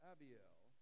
Abiel